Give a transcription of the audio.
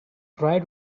prior